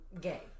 gay